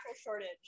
shortage